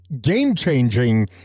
game-changing